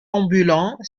ambulants